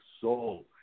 soul